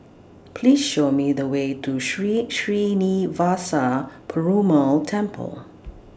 Please Show Me The Way to Sri Srinivasa Perumal Temple